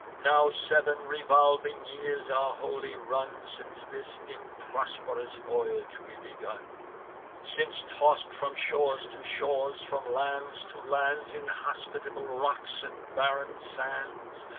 now sev'n revolving years are wholly run, since this improsp'rous voyage we begun since, toss'd from shores to shores, from lands to lands, inhospitable rocks and barren sands,